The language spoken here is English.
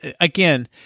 again